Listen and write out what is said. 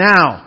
Now